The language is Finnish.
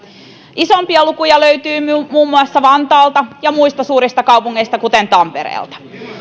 isompia lukuja löytyy muun muassa vantaalta ja muista suurista kaupungeista kuten tampereelta